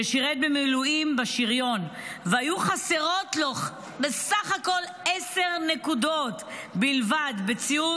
ששירת במילואים בשריון והיו חסרות לו בסך הכול עשר נקודות בציון